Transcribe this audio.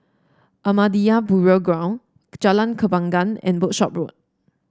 Ahmadiyya Burial Ground Jalan Kembangan and Workshop Road